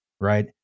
right